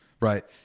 right